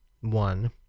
one